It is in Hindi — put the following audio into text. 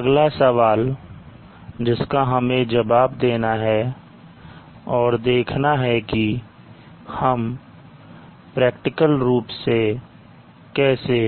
अगला सवाल जिसका हमें जवाब देना है और देखना है कि हम प्रैक्टिकल रूप से कैसे